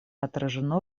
отражено